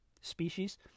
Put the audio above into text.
species